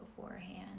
beforehand